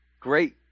great